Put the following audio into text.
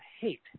hate